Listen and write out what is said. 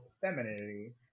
femininity